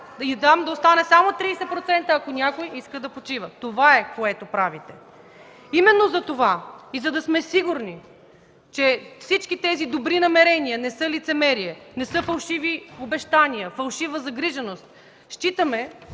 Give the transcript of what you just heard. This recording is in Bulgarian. и там да остане само 30%, ако някой иска да почива. Това е, което правите. Именно затова и за да сме сигурни, че всички тези добри намерения не са лицемерие, не са фалшиви обяснения, фалшива загриженост, считаме,